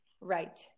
Right